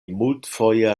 multfoje